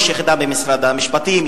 יש יחידה במשרד המשפטים,